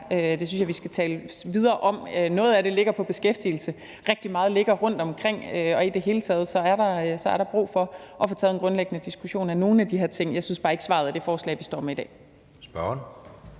Det synes jeg vi skal tale videre om. Noget af det ligger på beskæftigelsesområdet, rigtig meget ligger rundtomkring, og i det hele taget er der brug for at få taget en grundlæggende diskussion af nogle af de her ting. Jeg synes bare ikke, svaret er det forslag, vi står med i dag. Kl.